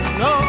no